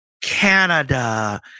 Canada